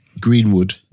Greenwood